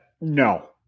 no